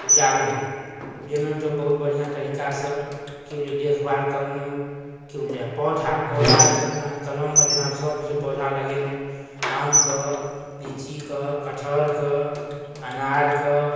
उपजाबैमे उपजेलहुँ तऽ बहुत बढ़िआँ तरीकासँ कि बुझलिए देखभाल करलहुँ कि बुझलिए पौधा पौधा अछि से अपना कलममे जेना सबकिछु पौधा लगेलहुँ आमके लिच्चीके कटहरके अनारके